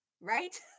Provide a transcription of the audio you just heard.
right